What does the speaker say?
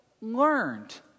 learned